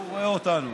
הוא רואה אותנו,